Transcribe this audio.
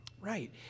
Right